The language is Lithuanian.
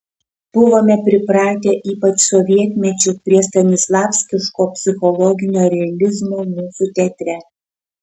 buvome pripratę ypač sovietmečiu prie stanislavskiško psichologinio realizmo mūsų teatre